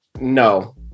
no